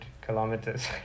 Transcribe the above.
kilometers